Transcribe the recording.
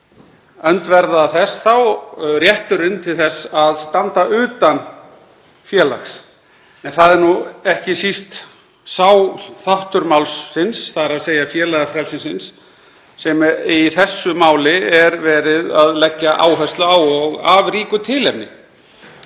því þá rétturinn til að standa utan félags. Það er nú ekki síst sá þáttur málsins, þ.e. félagafrelsisins, sem í þessu máli er verið að leggja áherslu á og af ríku tilefni.